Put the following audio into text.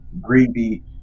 greedy